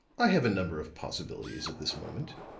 i have a number of possibilities at this moment,